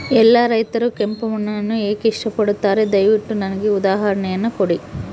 ಎಲ್ಲಾ ರೈತರು ಕೆಂಪು ಮಣ್ಣನ್ನು ಏಕೆ ಇಷ್ಟಪಡುತ್ತಾರೆ ದಯವಿಟ್ಟು ನನಗೆ ಉದಾಹರಣೆಯನ್ನ ಕೊಡಿ?